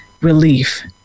relief